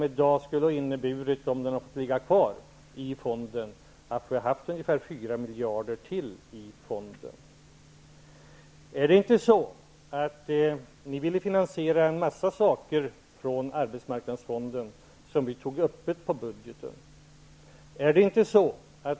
Om de pengarna hade fått ligga kvar i fonden skulle de ha inneburit att vi i dag hade haft ungefär Var det inte så att ni ville finansiera en massa saker ur arbetsmarknadsfonden som vi tog öppet över budgeten?